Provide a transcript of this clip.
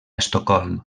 estocolm